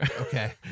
Okay